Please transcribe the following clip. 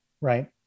right